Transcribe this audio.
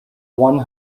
one